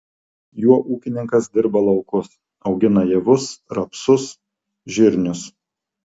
juo ūkininkas dirba laukus augina javus rapsus žirnius